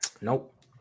nope